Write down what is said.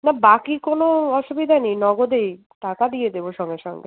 না বাকি কোনো অসুবিধা নেই নগদেই টাকা দিয়ে দেবো সঙ্গে সঙ্গে